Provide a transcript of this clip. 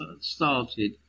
started